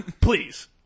Please